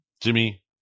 Jimmy